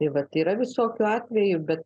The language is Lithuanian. tai vat yra visokių atvejų bet